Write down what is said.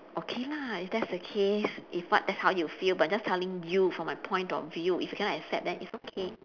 okay lah if that's the case if what that's how you feel but just telling you from my point of view if you cannot accept then it's okay